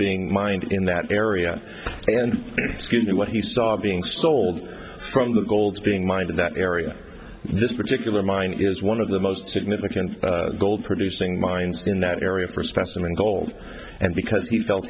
being mined in that area and that what he saw being sold from the gold's being mined in that area this particular mine is one of the most significant gold producing mines in that area for special in gold and because he felt